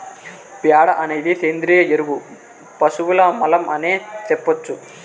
ప్యాడ అనేది సేంద్రియ ఎరువు పశువుల మలం అనే సెప్పొచ్చు